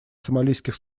сомалийских